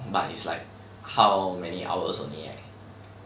but it's like how many hours only eh